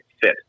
fit